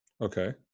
okay